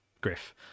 griff